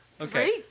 Okay